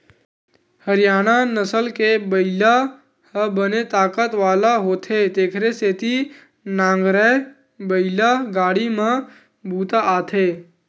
हरियाना नसल के बइला ह बने ताकत वाला होथे तेखर सेती नांगरए बइला गाड़ी म बूता आथे